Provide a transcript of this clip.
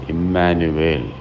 Immanuel